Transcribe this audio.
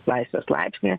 laisvės laipsnį